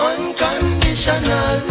Unconditional